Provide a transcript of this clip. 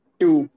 two